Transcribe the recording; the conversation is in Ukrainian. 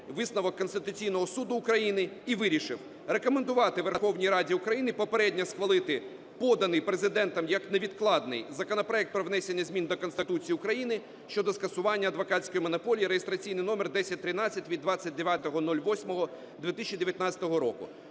висновок Конституційного Суду України і вирішив рекомендувати Верховній Раді України попередньо схвалити поданий Президентом як невідкладний законопроект про внесення змін до Конституції України (щодо скасування адвокатської монополії) (реєстраційний номер 1013 від 29.08.2019 року).